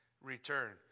return